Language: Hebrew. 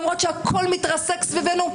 למרות שהכול מתרסק סביבנו.